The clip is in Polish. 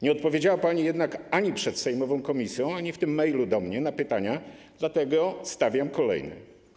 Nie odpowiedziała pani jednak ani przed sejmową komisją, ani w tym mailu do mnie na pytania, dlatego stawiam kolejne.